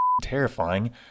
terrifying